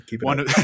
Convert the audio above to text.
one